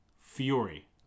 fury